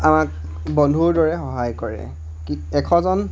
আমাক বন্ধুৰ দৰে সহায় কৰে এশজন